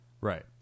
Right